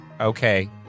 Okay